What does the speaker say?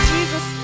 Jesus